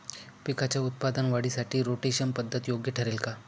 पिकाच्या उत्पादन वाढीसाठी रोटेशन पद्धत योग्य ठरेल का?